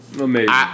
amazing